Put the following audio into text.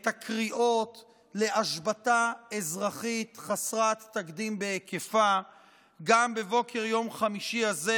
את הקריאות להשבתה אזרחית חסרת תקדים בהיקפה גם בבוקר יום חמישי הזה,